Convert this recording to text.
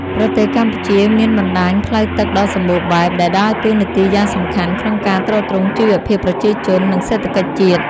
ប្រទេសកម្ពុជាមានបណ្តាញផ្លូវទឹកដ៏សម្បូរបែប ដែលដើរតួនាទីយ៉ាងសំខាន់ក្នុងការទ្រទ្រង់ជីវភាពប្រជាជន និងសេដ្ឋកិច្ចជាតិ។